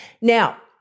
Now